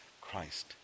Christ